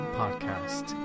podcast